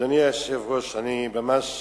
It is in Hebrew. אדוני היושב-ראש, אני ממש